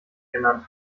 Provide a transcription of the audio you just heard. genannt